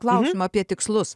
klausiamą apie tikslus